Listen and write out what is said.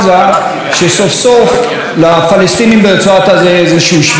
שסוף-סוף לפלסטינים ברצועת עזה יהיה איזשהו שביב של תקווה.